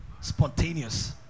spontaneous